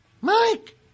Mike